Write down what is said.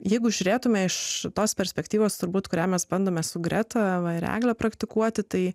jeigu žiūrėtumėme iš tos perspektyvos turbūt kurią mes bandome su greta ir eglę praktikuoti tai